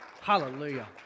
Hallelujah